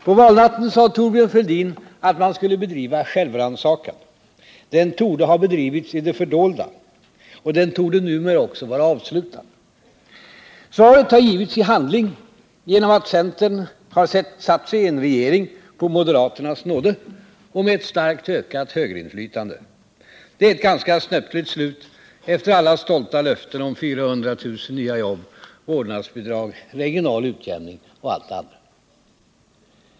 På valnatten sade Thorbjörn Fälldin att man skulle bedriva självrannsakan. Den torde ha bedrivits i det fördolda. Den torde numera också vara avslutad. Svaret har givits i handling genom att centern har satt sig i en regering på moderaternas nåde och med ett starkt ökat högerinflytande. Det är ett ganska snöpligt slut efter alla stolta löften om 400 000 nya jobb, vårdnadsbidrag, regional utjämning och allt det andra.